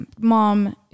mom